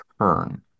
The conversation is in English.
turn